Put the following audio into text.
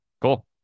Cool